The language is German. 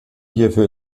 hierfür